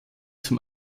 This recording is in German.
zum